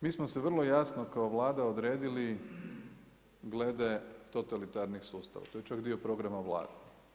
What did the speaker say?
Mi smo se vrlo jasno kao Vlada odredili glede totalitarnih sustava, to je čak dio programa Vlade.